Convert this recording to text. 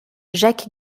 jacques